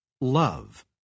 Love